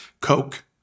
coke